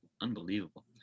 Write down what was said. unbelievable